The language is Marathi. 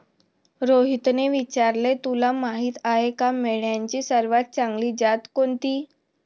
रोहितने विचारले, तुला माहीत आहे का मेंढ्यांची सर्वात चांगली जात कोणती?